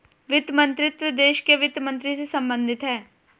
वित्त मंत्रीत्व देश के वित्त मंत्री से संबंधित है